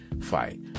fight